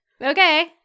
okay